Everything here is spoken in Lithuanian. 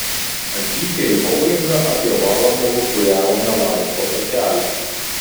atvykę į boulingą apie valandą lūkuriavome laisvo takelio